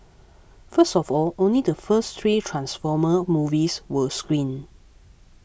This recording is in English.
first of all only the first three Transformer movies were screened